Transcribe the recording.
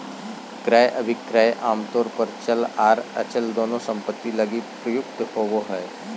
क्रय अभिक्रय आमतौर पर चल आर अचल दोनों सम्पत्ति लगी प्रयुक्त होबो हय